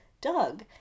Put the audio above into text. Doug